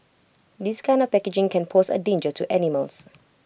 this kind of packaging can pose A danger to animals